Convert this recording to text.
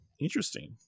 Interesting